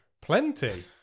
Plenty